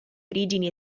origini